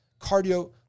cardio